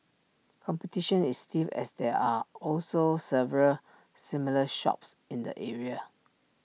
competition is stiff as there are also several similar shops in the area